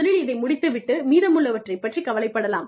முதலில் இதை முடித்துவிட்டு மீதமுள்ளவற்றை பற்றி கவலைப்படலாம்